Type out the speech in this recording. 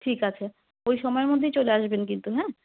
ঠিক আছে ওই সময়ের মধ্যেই চলে আসবেন কিন্তু হ্যাঁ